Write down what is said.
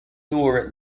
tour